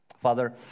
Father